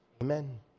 Amen